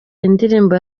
indirimbo